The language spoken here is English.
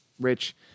Rich